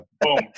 boom